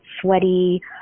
sweaty